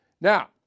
now